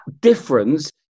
difference